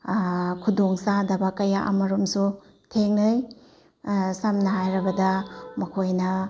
ꯈꯨꯗꯣꯡꯆꯥꯗꯕ ꯀꯌꯥ ꯑꯃꯔꯣꯝꯁꯨ ꯊꯦꯡꯅꯩ ꯁꯝꯅ ꯍꯥꯏꯔꯕꯗ ꯃꯈꯣꯏꯅ